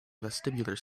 vestibular